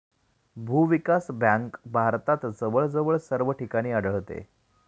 भूविकास बँक भारतात जवळजवळ सर्व ठिकाणी आढळते